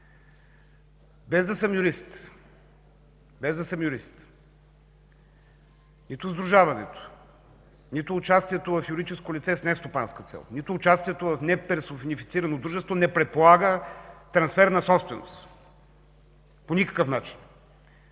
без да съм юрист – нито сдружаването, нито участието в юридическо лице с нестопанска цел, нито участието в неперсонифицирано дружество не предполага трансфер на собственост. По никакъв начин!